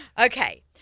Okay